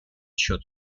счет